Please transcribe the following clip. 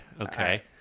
Okay